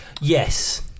Yes